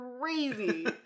crazy